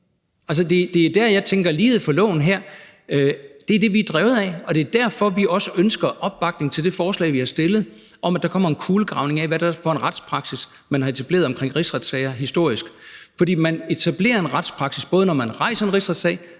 at der skal være lighed for loven. Det er det, vi er drevet af, og det er derfor, vi også ønsker opbakning til det forslag, vi har fremsat, om, at der kommer en kulegravning af, hvad det er for en retspraksis, man har etableret omkring rigsretssager historisk. For man etablerer en retspraksis, både når man rejser en rigsretssag,